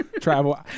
travel